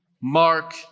mark